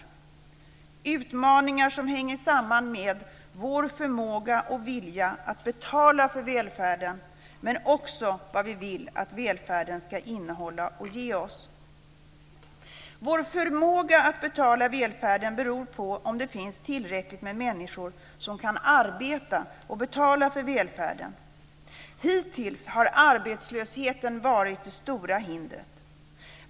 Dessa utmaningar hänger samman med vår förmåga och vilja att betala för välfärden men också med vad vi vill att välfärden ska innehålla och ge oss. Vår förmåga att betala välfärden beror på om det finns tillräckligt med människor som kan arbeta och bekosta den. Hittills har arbetslösheten varit det stora hindret.